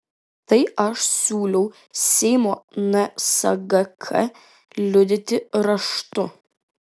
tai aš siūliau seimo nsgk liudyti raštu